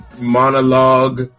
monologue